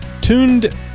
tuned